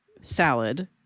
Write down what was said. salad